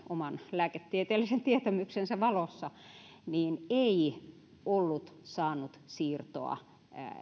oman lääketieteellisen tietämyksensä valossa kuuluvansa riskiryhmiin ei ollut saanut siirtoa